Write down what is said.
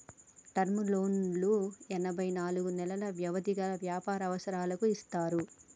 term లోన్లు ఎనభై నాలుగు నెలలు వ్యవధి గల వ్యాపార అవసరాలకు ఇస్తారు